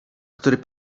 który